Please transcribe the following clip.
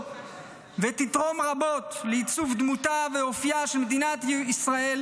ותתרום רבות לעיצוב דמותה ואופייה של מדינת ישראל,